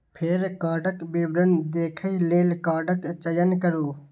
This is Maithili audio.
फेर कार्डक विवरण देखै लेल कार्डक चयन करू